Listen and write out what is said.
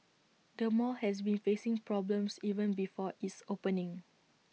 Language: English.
the mall has been facing problems even before its opening